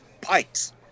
pikes